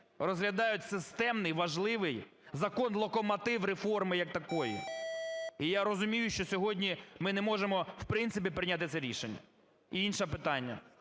розглядають системний, важливий закон, локомотив реформи як такої. І я розумію, що сьогодні ми не можемо в принципі прийняти це рішення. І інше питання.